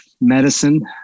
medicine